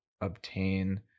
obtain